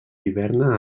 hiverna